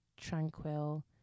tranquil